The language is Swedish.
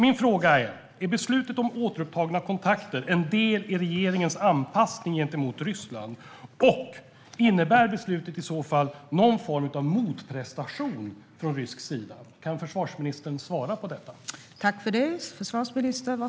Min fråga är: Är beslutet om återupptagna kontakter en del i regeringens anpassning gentemot Ryssland, och innebär beslutet i så fall någon form av motprestation från rysk sida? Kan försvarsministern svara på detta?